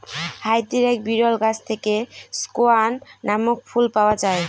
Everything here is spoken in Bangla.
হাইতির এক বিরল গাছ থেকে স্কোয়ান নামক ফুল পাওয়া যায়